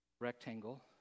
rectangle